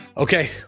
Okay